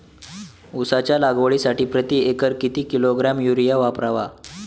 उसाच्या लागवडीसाठी प्रति एकर किती किलोग्रॅम युरिया वापरावा?